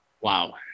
Wow